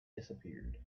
disappeared